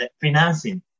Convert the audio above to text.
financing